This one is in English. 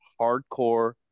hardcore